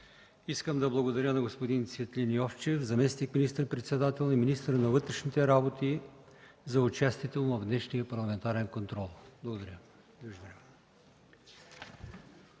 Искам да благодаря на господин Цветлин Йовчев – заместник министър-председател и министър на вътрешните работи, за участието му в днешния парламентарен контрол. Благодаря.